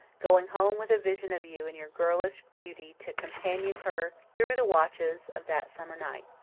going home with a vision of you in your girlish beauty to companion her through the watches of that summer night.